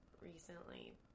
recently